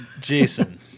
Jason